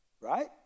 right